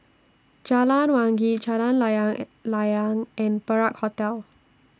Jalan Wangi Jalan Layang and Layang and Perak Hotel